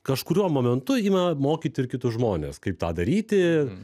kažkuriuo momentu ima mokyti ir kitus žmones kaip tą daryti